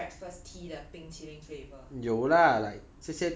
err english breakfast tea 的冰淇淋 flavor